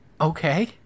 okay